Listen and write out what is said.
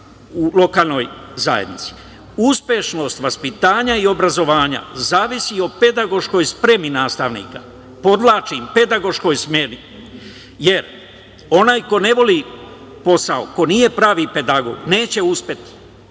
u lokalnoj zajednici. Uspešnost vaspitanja i obrazovanja zavisi od pedagoške spreme nastavnika, podvlačim – pedagoškoj spremi, jer onaj ko ne voli posao, ko nije pravi pedagog, neće uspeti.